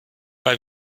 bei